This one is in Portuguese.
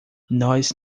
nós